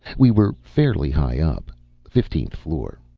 we were fairly high up fifteenth floor.